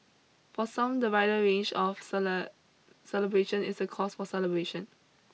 for some the wider range of salad celebration is a cause for celebration